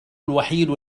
الوحيد